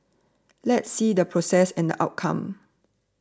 let's see the process and the outcome